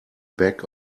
back